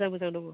मोजां मोजां दङ